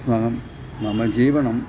अस्माकं मम जीवनम्